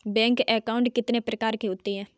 Bank account कितने प्रकार के होते हैं?